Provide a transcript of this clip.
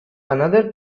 another